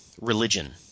Religion